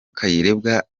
kayirebwa